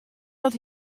dat